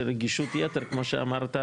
רגישות יתר כמו שאמרת,